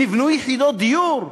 נבנו יחידות דיור?